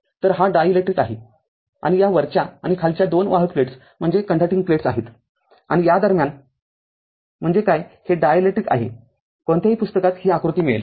तर हा डायलेक्ट्रिक आहे आणि या वरच्या आणि खालच्या दोन वाहक प्लेट्स आहेत आणि या दरम्यान म्हणजे काय हे डायलेक्ट्रिक आहेकोणत्याही पुस्तकात ही आकृती मिळेल